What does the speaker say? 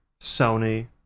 sony